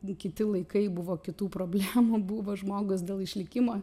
kiti laikai buvo kitų problemų buvo žmogus dėl išlikimo